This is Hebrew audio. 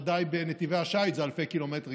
בוודאי בנתיבי השיט זה אלפי קילומטרים,